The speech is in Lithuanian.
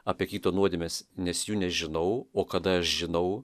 apie kito nuodėmes nes jų nežinau o kada aš žinau